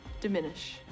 diminish